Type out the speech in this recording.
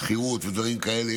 שכירות ודברים כאלה.